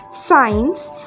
science